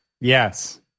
Yes